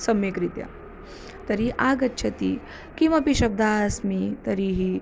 सम्यक्रीत्या तर्हि आगच्छति किमपि शब्दाः अस्मि तर्हि